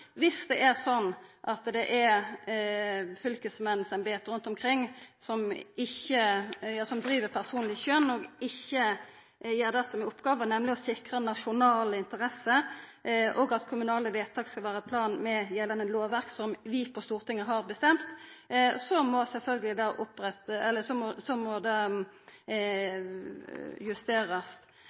og ikkje gjer det som er oppgåva, nemleg å sikra nasjonale interesser og at kommunale vedtak skal vera i tråd med gjeldande lovverk som vi på Stortinget har bestemt, må det justerast. Men det er jo sånn at skal vi visa at vi er ueinige i noko, må